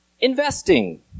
investing